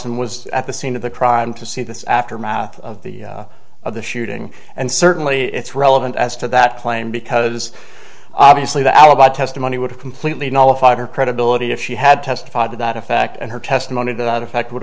and was at the scene of the crime to see this aftermath of the of the shooting and certainly it's relevant as to that claim because obviously the alibi testimony would have completely nala fired her credibility if she had testified to that effect and her testimony to that effect would